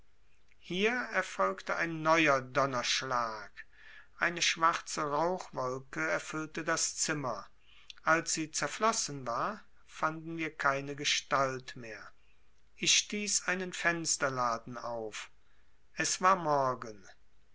hier erfolgte ein neuer donnerschlag eine schwarze rauchwolke erfüllte das zimmer als sie zerflossen war fanden wir keine gestalt mehr ich stieß einen fensterladen auf es war morgen